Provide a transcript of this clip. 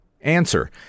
Answer